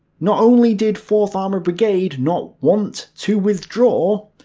not only did fourth armoured brigade not want to withdraw,